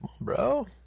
bro